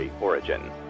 origin